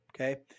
Okay